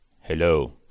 Hello